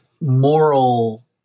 moral